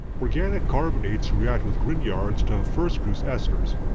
organic carbonates react with grignards to first produce esters.